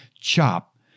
chop